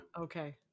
Okay